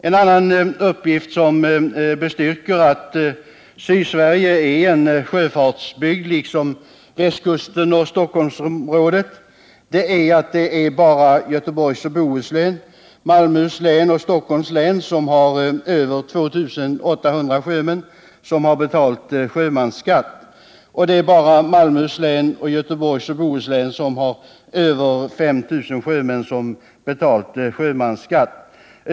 En annan uppgift som bestyrker att Sydsverige är en sjöfartsbygd liksom västkusten och Stockholmsområdet är att bara Göteborgs och Bohus län, Malmöhus län och Stockholms län har över 2800 sjömän som betalt sjömansskatt — Malmöhus län och Göteborgs och Bohus län har över 5 000 sjömän som betalt sjömansskatt.